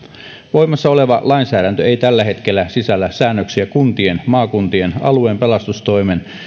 voimassa oleva lainsäädäntö ei tällä hetkellä sisällä säännöksiä kuntien maakuntien alueen pelastustoimen